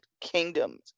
Kingdoms